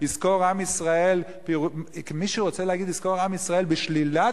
"יזכור עם ישראל" מי שרוצה להגיד "יזכור עם ישראל" בשלילת